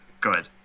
good